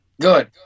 Good